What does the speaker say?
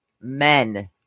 Men